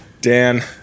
Dan